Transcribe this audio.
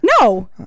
No